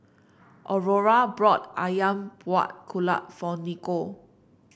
Aurora brought ayam Buah Keluak for Nikko